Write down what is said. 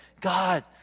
God